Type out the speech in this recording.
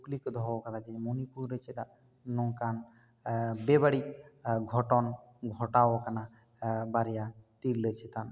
ᱠᱩᱠᱞᱤ ᱠᱚ ᱫᱚᱦᱚ ᱟᱠᱟᱫᱟ ᱡᱮ ᱢᱚᱱᱤᱯᱩᱨ ᱨᱮ ᱪᱮᱫᱟᱜ ᱱᱚᱝᱠᱟᱱ ᱵᱮᱵᱟᱹᱲᱤᱡ ᱜᱷᱚᱴᱚᱱ ᱜᱷᱚᱴᱟᱣ ᱟᱠᱟᱱᱟ ᱵᱟᱨᱮᱭᱟ ᱛᱤᱨᱞᱟᱹ ᱪᱮᱛᱟᱱ